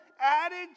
added